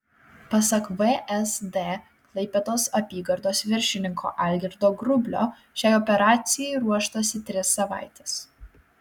pasak vsd klaipėdos apygardos viršininko algirdo grublio šiai operacijai ruoštasi tris savaites